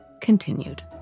continued